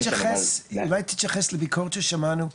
אולי תתייחס לביקורת ששמענו,